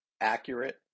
accurate